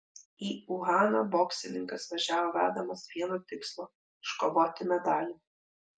į uhaną boksininkas važiavo vedamas vieno tikslo iškovoti medalį